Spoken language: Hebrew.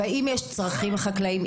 ואם יש צרכים חקלאיים,